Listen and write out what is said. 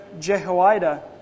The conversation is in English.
Jehoiada